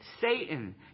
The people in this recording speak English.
Satan